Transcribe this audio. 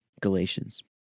Galatians